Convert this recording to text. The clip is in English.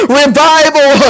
revival